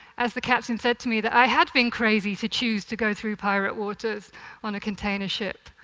as the captain said to me, that i had been crazy to choose to go through pirate waters on a container ship.